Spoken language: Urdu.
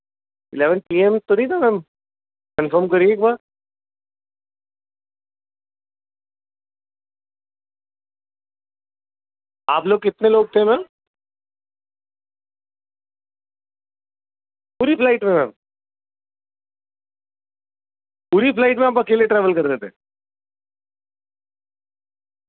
الیون پی ایم تو نہیں تھا میم کنفرم کریں ایک بار آپ لوگ کتنے لوگ تھے میم پوری فلائٹ میں میم پوری فلائٹ میں آپ اکیلے ٹریول کر رہے تھے